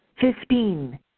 Fifteen